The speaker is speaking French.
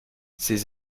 ces